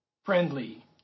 Friendly